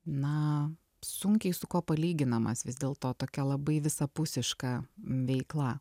na sunkiai su kuo palyginamas vis dėlto tokia labai visapusiška veikla